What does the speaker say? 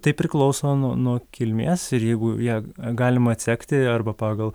tai priklauso nuo nuo kilmės ir jeigu ją galima atsekti arba pagal